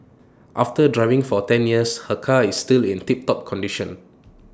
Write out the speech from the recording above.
after driving for ten years her car is still in tiptop condition